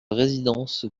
résidence